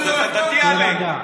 הוא רפורמי.